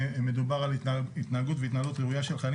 מדובר על התנהגות והתנהלות ראויה של חיילים,